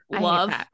love